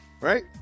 Right